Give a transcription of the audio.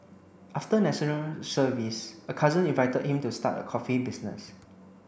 after National Service a cousin invited him to start a coffee business